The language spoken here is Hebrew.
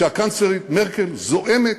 שהקנצלרית מרקל זועמת,